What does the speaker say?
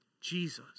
Jesus